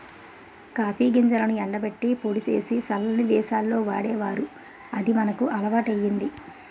copy గింజలను ఎండబెట్టి పొడి సేసి సల్లని దేశాల్లో వాడేవారు అది మనకి అలవాటయ్యింది